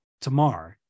tomorrow